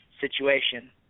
situation